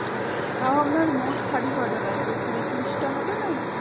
আচ্ছা তাও আপনার মোট শাড়ি কটা লাগবে কুড়ি তিরিশটা হবে না